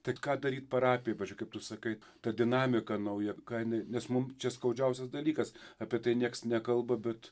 tai ką daryt parapijai kaip tu sakai ta dinamika nauja ką jinai nes mums čia skaudžiausias dalykas apie tai nieks nekalba bet